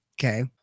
Okay